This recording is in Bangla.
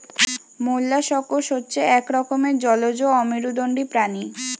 মোল্লাসকস হচ্ছে এক রকমের জলজ অমেরুদন্ডী প্রাণী